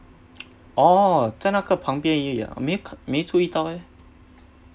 哦在那个旁边而已啊没注意到呃